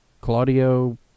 Claudio